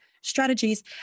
strategies